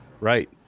right